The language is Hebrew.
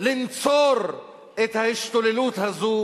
מקום לנצור את ההשתוללות הזו,